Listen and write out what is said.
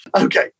Okay